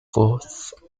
fourth